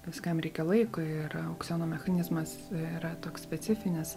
viskam reikia laiko ir aukciono mechanizmas yra toks specifinis